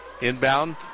inbound